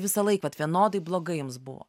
visą laik vat vienodai blogai jums buvo